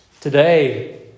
today